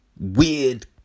weird